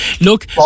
Look